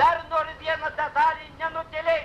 dar noriu vieną detalę nenutylėti